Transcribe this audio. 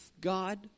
God